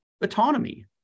autonomy